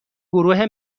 گروه